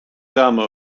ramen